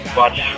watch